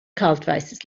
kaltweißes